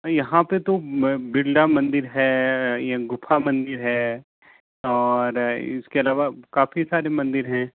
यहाँ पे तो बिरला मंदिर है ये गुफा मंदिर है और इसके अलावा काफ़ी सारे मंदिर हैं